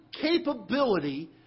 capability